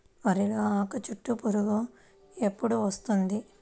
వరిలో ఆకుచుట్టు పురుగు ఎప్పుడు వస్తుంది?